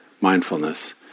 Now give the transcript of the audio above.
mindfulness